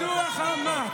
מדוע חמק?